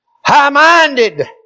high-minded